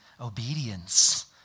obedience